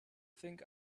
think